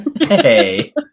Hey